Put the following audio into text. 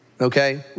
Okay